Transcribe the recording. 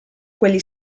quelli